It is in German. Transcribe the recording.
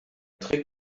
trick